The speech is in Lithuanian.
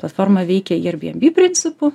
platforma veikia airbnb principu